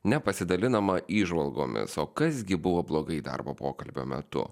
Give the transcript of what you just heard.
nepasidalinama įžvalgomis o kas gi buvo blogai darbo pokalbio metu